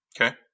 Okay